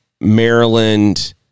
Maryland